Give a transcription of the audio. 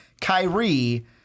Kyrie